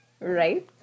Right